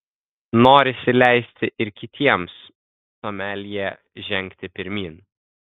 norisi leisti ir kitiems someljė žengti pirmyn